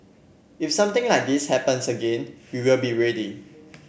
if something like this happens again we will be ready